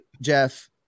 jeff